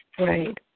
Right